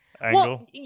angle